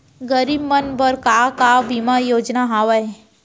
गरीब मन बर का का बीमा योजना हावे?